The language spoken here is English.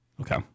Okay